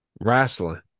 wrestling